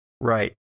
Right